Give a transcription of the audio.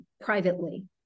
privately